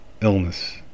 illness